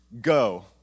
Go